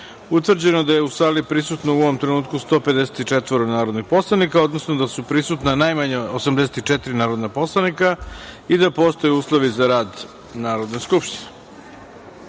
utvrđeno da su u sali prisutna 154 narodna poslanika, odnosno da su prisutna najmanje 84 narodna poslanika i da postoje uslovi za rad Narodne skupštine. Da